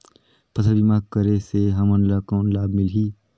फसल बीमा करे से हमन ला कौन लाभ मिलही?